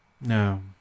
No